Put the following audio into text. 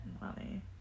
money